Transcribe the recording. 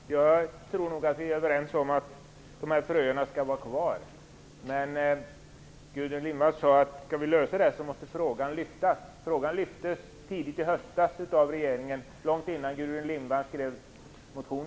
Fru talman! Jag tror nog att vi är överens om att dessa fröer skall vara kvar. Gudrun Lindvall sade att frågan måste lyftas fram för att vi skall kunna lösa denna fråga. Frågan lyftes tidigt i höstas fram av regeringen, långt innan Gudrun Lindvall skrev sin motion.